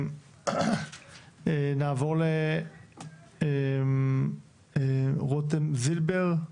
נעבור ליאיר דקמן,